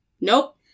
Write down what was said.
Nope